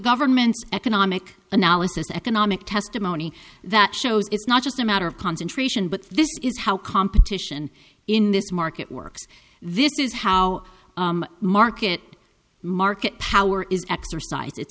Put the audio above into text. government's economic analysis economic testimony that shows it's not just a matter of concentration but this is how competition in this market works this is how market market power is exercise it's